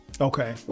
Okay